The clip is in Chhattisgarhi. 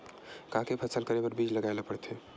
का के फसल करे बर बीज लगाए ला पड़थे?